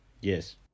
Yes